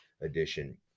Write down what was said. edition